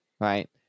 right